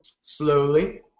slowly